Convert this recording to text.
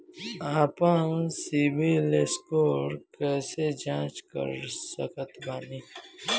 आपन सीबील स्कोर कैसे जांच सकत बानी?